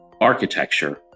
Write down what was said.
architecture